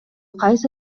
кайсы